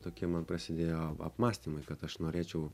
toki man prasidėjo apmąstymai kad aš norėčiau